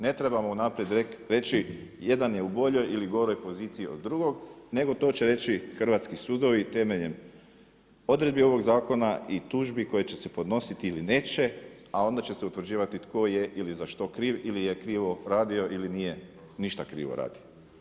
Ne trebamo unaprijed reći jedan je u boljoj ili goroj poziciji od drugog, nego to će reći hrvatski sudovi temeljem odredbe ovog zakona i tužbi koje će se podnositi ili neće a onda će se utvrđivati tko je i za što kriv, ili je krivo radio ili nije ništa krivo radio.